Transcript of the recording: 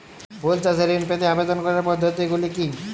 ফুল চাষে ঋণ পেতে আবেদন করার পদ্ধতিগুলি কী?